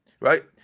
right